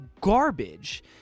garbage